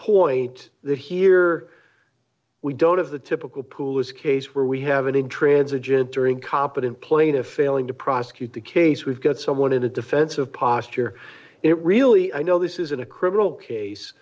point that here we don't have the typical pools case where we have an intransigent during competent plaintiff failing to prosecute the case we've got someone in a defensive posture it really i know this isn't a criminal case